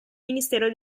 ministero